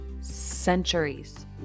centuries